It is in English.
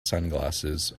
sunglasses